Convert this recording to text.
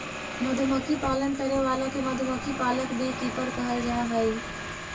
मधुमक्खी पालन करे वाला के मधुमक्खी पालक बी कीपर कहल जा हइ